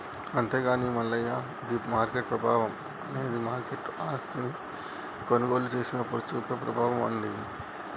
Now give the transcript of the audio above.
అంతేగాని మల్లయ్య ఇది మార్కెట్ ప్రభావం అనేది మార్కెట్ ఆస్తిని కొనుగోలు చేసినప్పుడు చూపే ప్రభావం అండి